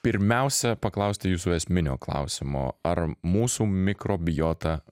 pirmiausia paklausti jūsų esminio klausimo ar mūsų mikrobiota